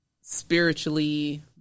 spiritually